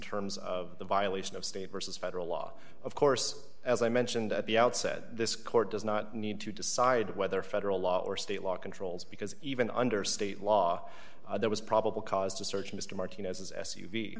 terms of the violation of state versus federal law of course as i mentioned at the outset this court does not need to decide whether federal law or state law controls because even under state law there was probable cause to search mr martinez